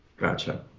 Gotcha